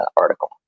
article